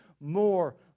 more